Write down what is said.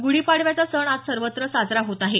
गुढीपाडव्याचा सण आज सर्वत्र साजरा होत आहे